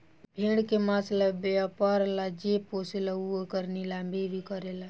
भेड़ के मांस ला व्यापर ला जे पोसेला उ एकर नीलामी भी करेला